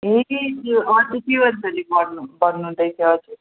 फेरि त्यो अर्को त्यो गर्नु गर्नुहुँदैछ हजुर